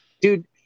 dude